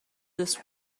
this